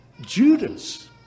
Judas